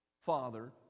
father